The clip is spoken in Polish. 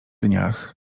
dniach